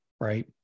right